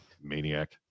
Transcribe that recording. Maniac